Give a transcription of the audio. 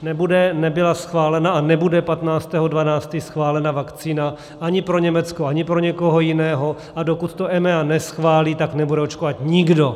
Nebude, nebyla schválena a nebude 15. 12. schválena vakcína ani pro Německo, ani pro někoho jiného, a dokud to EMEA neschválí, tak nebude očkovat nikdo.